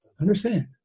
Understand